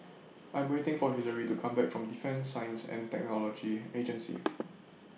I'm waiting For Hillery to Come Back from Defence Science and Technology Agency